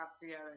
together